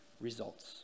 results